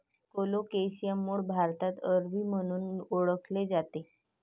colocasia मूळ भारतात अरबी म्हणून ओळखले जाते